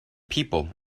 people